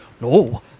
no